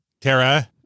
Tara